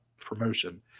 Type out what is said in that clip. promotion